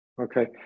okay